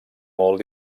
molt